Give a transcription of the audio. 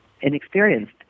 inexperienced